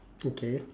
okay